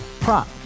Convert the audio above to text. Prop